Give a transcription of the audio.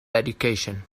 education